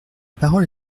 parole